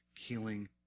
healing